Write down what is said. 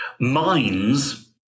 mines